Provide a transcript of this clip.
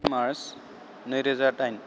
March नैरोजा दाइन